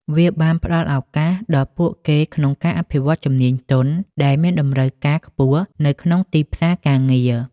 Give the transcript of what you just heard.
វាបានផ្តល់ឱកាសដល់ពួកគេក្នុងការអភិវឌ្ឍជំនាញទន់ ដែលមានតម្រូវការខ្ពស់នៅក្នុងទីផ្សារការងារ។